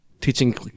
teaching